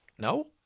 No